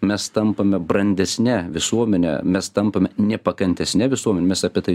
mes tampame brandesne visuomene mes tampame nepakantesne visuomen mes apie tai